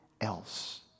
else